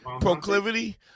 Proclivity